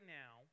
now